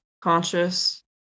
conscious